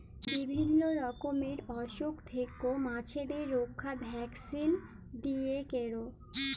বিভিল্য রকমের অসুখ থেক্যে মাছদের রক্ষা ভ্যাকসিল দিয়ে ক্যরে